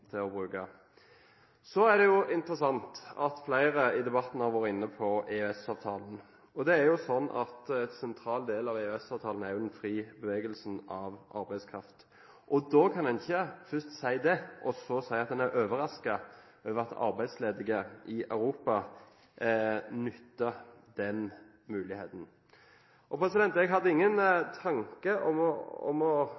til. Så er det interessant at flere i debatten har vært inne på EØS-avtalen. Det er sånn at en sentral del av EØS-avtalen er den frie bevegelsen av arbeidskraft. Da kan en ikke først si det og så si at en er overrasket over at arbeidsledige i Europa nytter den muligheten. Jeg hadde ingen tanke om å